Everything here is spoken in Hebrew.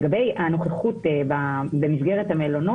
לגבי הנוכחות במלונות